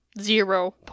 Zero